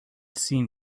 seen